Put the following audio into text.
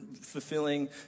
fulfilling